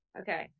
Okay